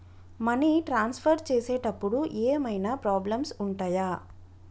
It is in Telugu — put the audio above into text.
మనీ ట్రాన్స్ఫర్ చేసేటప్పుడు ఏమైనా ప్రాబ్లమ్స్ ఉంటయా?